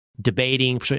debating